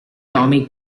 tommy